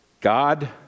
God